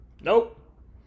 Nope